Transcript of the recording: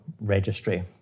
Registry